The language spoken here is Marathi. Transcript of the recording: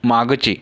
मागचे